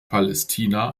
palästina